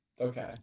Okay